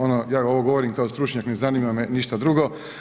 Ono ja ovo govorim kao stručnjak ne zanima me ništa drugo.